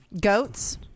goats